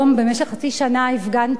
במשך חצי שנה הפגנתי,